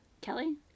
Kelly